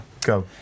go